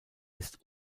ist